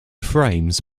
frames